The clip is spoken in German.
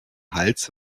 hals